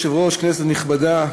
אדוני היושב-ראש, כנסת נכבדה,